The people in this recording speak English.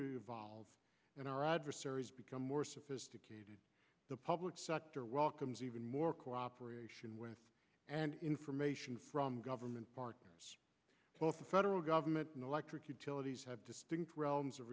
to evolve when our adversaries become more sophisticated the public sector welcomes even more cooperation with and information from government partners both the federal government and electric utilities have distinct realms of